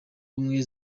ubumwe